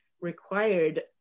required